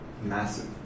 massive